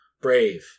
brave